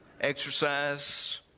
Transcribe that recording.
exercise